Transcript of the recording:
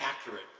accurate